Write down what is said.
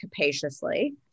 capaciously